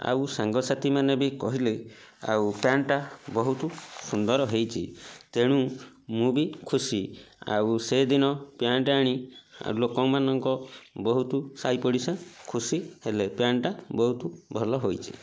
ଆଉ ସାଙ୍ଗ ସାଥୀ ମାନେ ବି କହିଲେ ଆଉ ପ୍ୟାଣ୍ଟ୍ଟା ବହୁତ ସୁନ୍ଦର ହେଇଛି ତେଣୁ ମୁଁ ବି ଖୁସି ଆଉ ସେ ଦିନ ପ୍ୟାଣ୍ଟ୍ ଆଣି ଲୋକ ମାନଙ୍କ ବହୁତ ସାଇ ପଡ଼ିଶା ଖୁସି ହେଲେ ପ୍ୟାଣ୍ଟ୍ଟା ବହୁତ ଭଲ ହୋଇଛି